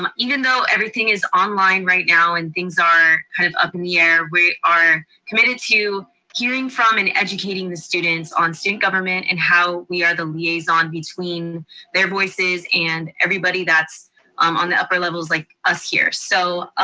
um even though everything is online right now, and things are kind of up in the air, we are committed to hearing from and educating the students on student government and how we are the liaison between their voices and everybody that's um on the levels like us here. so